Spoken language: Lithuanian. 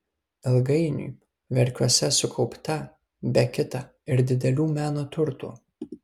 ilgainiui verkiuose sukaupta be kita ir didelių meno turtų